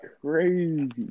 crazy